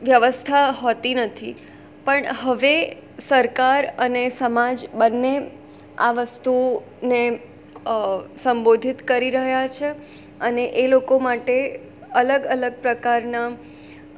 વ્યવસ્થા હોતી નથી પણ હવે સરકાર અને સમાજ બંને આ વસ્તુને સંબોધિત કરી રહ્યા છે અને એ લોકો માટે અલગ અલગ પ્રકારના